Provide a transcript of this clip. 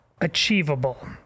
achievable